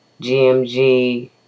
GMG